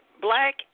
black